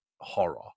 horror